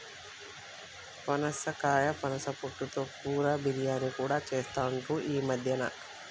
పనసకాయ పనస పొట్టు తో కూర, బిర్యానీ కూడా చెస్తాండ్లు ఈ మద్యన